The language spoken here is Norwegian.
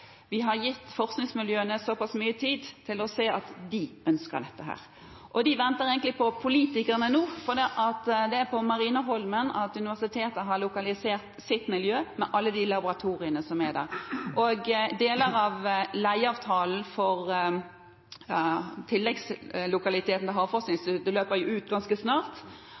vi har gitt forskningsmiljøene så pass mye tid til å se at de ønsker dette. De venter egentlig på politikerne nå, for det er på Marineholmen at universitetet har lokalisert sitt miljø med alle de laboratoriene som er der. Deler av leieavtalen for tilleggslokalitetene til Havforskningsinstituttet løper ut ganske snart,